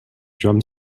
drum